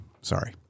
sorry